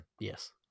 yes